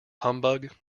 humbug